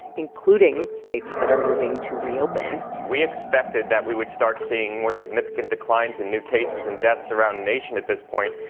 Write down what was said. including states that are moving to reopen we expected that we would start seeing more significant declines in new cases and deaths around the nation at this point,